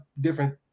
different